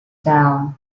down